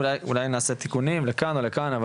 ואולי נעשה תיקונים לכאן או לכאן.